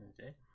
Okay